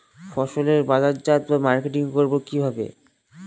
ফসলের বাজারজাত বা মার্কেটিং করব কিভাবে?